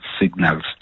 signals